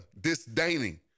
disdaining